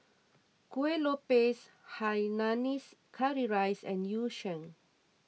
Kuih Lopes Hainanese Curry Rice and Yu Sheng